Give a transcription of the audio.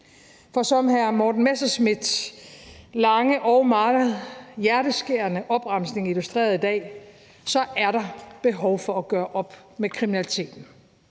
Som hr. Morten Messerschmidts lange og meget hjerteskærende opremsning illustrerede i dag, er der behov for at gøre op med kriminaliteten.